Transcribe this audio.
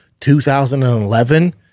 2011